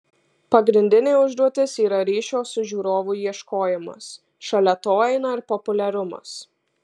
pagrindinė užduotis yra ryšio su žiūrovu ieškojimas šalia to eina ir populiarumas